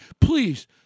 please